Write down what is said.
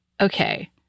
okay